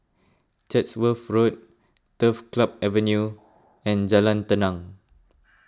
Chatsworth Road Turf Club Avenue and Jalan Tenang